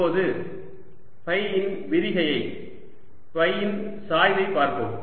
இப்போது ஃபை இன் விரிகையை ஃபை இன் சாய்வை பார்ப்போம்